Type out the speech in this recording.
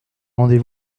rendez